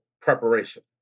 preparation